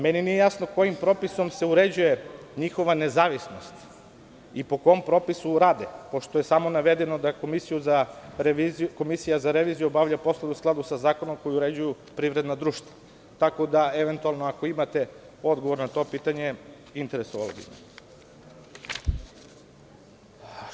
Meni nije jasno kojim propisom se uređuje njihova nezavisnost i po kom propisu rade, pošto je samo navedeno da komisija za reviziju obavlja poslove u skladu sa zakonom koji uređuje privredna društva, tako da, eventualno, ako imate odgovor na to pitanje, interesovalo bi me.